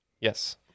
Yes